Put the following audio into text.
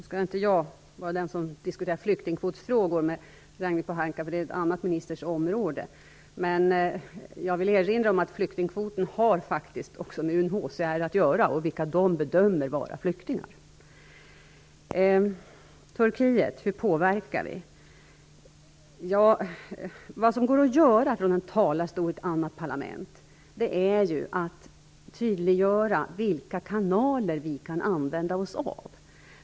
Fru talman! Jag är inte den som skall diskutera flyktingkvotsfrågor med Ragnhild Pohanka. Det är en annan ministers område. Men jag vill ändå erinra om att flyktingkvoten faktiskt har med UNHCR att göra och med vilka som av UNHCR bedöms vara flyktingar. Hur påverkar vi Turkiet? Det man kan göra från en talarstol i ett annat parlament är att tydliggöra vilka kanaler vi kan använda oss av.